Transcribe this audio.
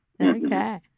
okay